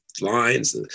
lines